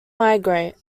migrate